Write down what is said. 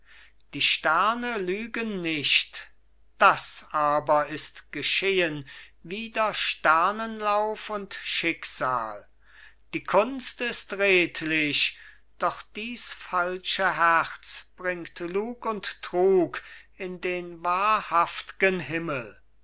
die sterne lügen nicht das aber ist geschehen wider sternenlauf und schicksal die kunst ist redlich doch dies falsche herz bringt lug und trug in den wahrhaftgen himmel